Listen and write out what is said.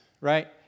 right